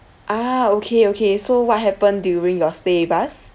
ah okay okay so what happen during your stay with us